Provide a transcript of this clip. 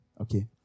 Okay